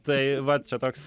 tai va čia toks